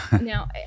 Now